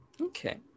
Okay